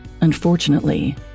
Unfortunately